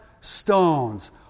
stones